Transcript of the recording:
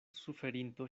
suferinto